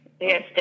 Yes